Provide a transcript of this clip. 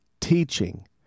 teaching